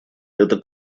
это